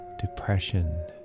depression